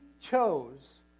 chose